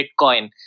Bitcoin